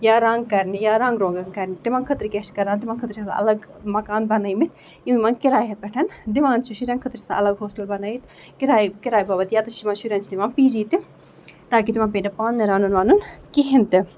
یا رَنگ کرنہِ یا رَنگ روگَن کرنہِ تِمن خٲطرٕ کیاہ چھُ کران تِمن خٲطرٕ چھِ آسان الگ مَکان بَنٲیمٕتۍ یِم یِمن کِرایہِ پٮ۪ٹھ دِوان چھِ شُرین خٲطرٕ چھُ آسان الگ ہوسٹل بَنٲوِتھ کِرایہِ باپتھ یا تہِ چھِ یِمن شُرین دِوان پی جی تہِ تاکہِ تِمن پیٚیہِ نہٕ پانے رَنُن وَنُن کِہیٖنۍ تہِ